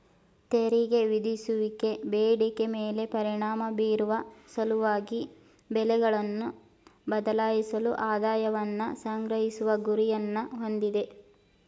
ತೆರಿಗೆ ವಿಧಿಸುವಿಕೆ ಬೇಡಿಕೆ ಮೇಲೆ ಪರಿಣಾಮ ಬೀರುವ ಸಲುವಾಗಿ ಬೆಲೆಗಳನ್ನ ಬದಲಾಯಿಸಲು ಆದಾಯವನ್ನ ಸಂಗ್ರಹಿಸುವ ಗುರಿಯನ್ನ ಹೊಂದಿದೆ